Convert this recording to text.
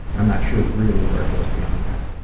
i'm not sure really where it goes beyond that.